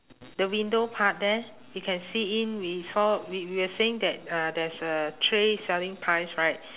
the window part there you can see in we saw we we were saying that uh there's a tray selling pies right